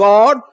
God